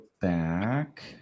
back